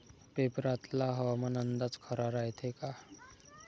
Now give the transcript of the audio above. पेपरातला हवामान अंदाज खरा रायते का?